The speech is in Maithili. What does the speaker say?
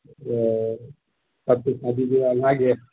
ओ सभके शादी ब्याह भै गेल